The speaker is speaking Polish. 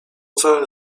całym